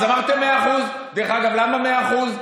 אז אמרתם: 100%. דרך אגב, למה 100%?